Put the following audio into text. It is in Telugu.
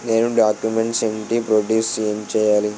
నేను డాక్యుమెంట్స్ ఏంటి ప్రొడ్యూస్ చెయ్యాలి?